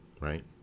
right